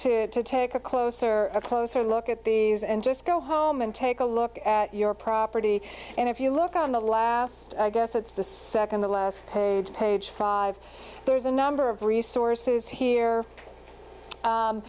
courage to take a closer a closer look at these and just go home and take a look at your property and if you look on the last i guess it's the second to last page five there's a number of resources here